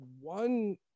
one